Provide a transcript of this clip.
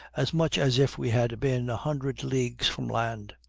as much as if we had been a hundred leagues from land.